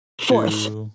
fourth